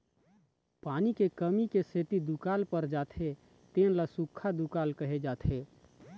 पानी के कमी क सेती दुकाल पर जाथे तेन ल सुक्खा दुकाल कहे जाथे